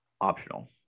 optional